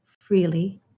freely